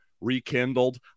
rekindled